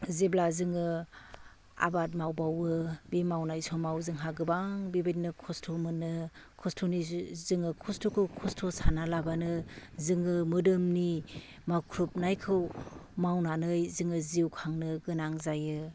जेब्ला जोङो आबाद मावबावो बे मावनाय समाव जोंहा गोबां बेबायदिनो खस्थ' मोनो जोङो खस्थ'खौ खस्थ' सानालाबानो जोङो मोदोमनि मावख्रुबनायखौ मावनानै जोङो जिउ खांनो गोनां जायो